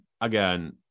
again